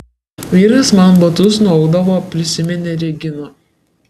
vyras man batus nuaudavo prisiminė regina